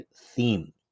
theme